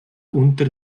unter